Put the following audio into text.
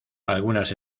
algunas